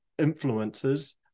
influencers